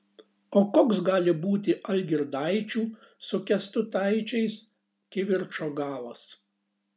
o koks gali būti algirdaičių su kęstutaičiais kivirčo galas